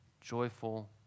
joyful